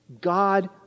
God